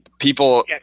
People –